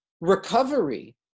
recovery